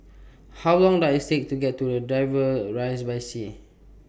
How Long Does IT Take to get to Dover Rise By Taxi